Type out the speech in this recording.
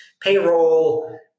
payroll